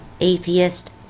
atheist